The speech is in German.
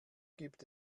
gibt